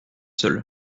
seul